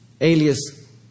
alias